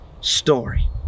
story